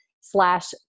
slash